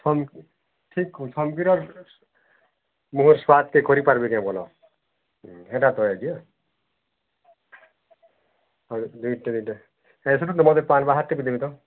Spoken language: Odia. ଥମ୍ ଠିକ୍ ଥମିରା ମୁହଁ ସ୍ୱାଦ ଟିକେ କରି ପାରିବେ ଆପଣ ହେଇଟା ତ ଆଜ୍ଞା ହଁ ଦେଇତେ ଦୁଇଟା ଏସନ ମୋତେ ପାନ୍ ବାହାର୍ ଟିକେ ଦେବେ ତ